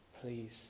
Please